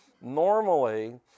normally